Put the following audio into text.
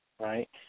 right